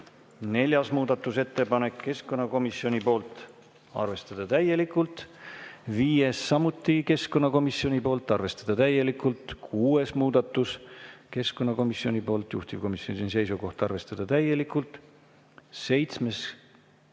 Neljas muudatusettepanek, keskkonnakomisjoni poolt, arvestada täielikult. Viies, samuti keskkonnakomisjoni poolt, arvestada täielikult. Kuues muudatus, keskkonnakomisjoni poolt, juhtivkomisjoni seisukoht on arvestada täielikult. Seitsmes,